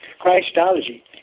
Christology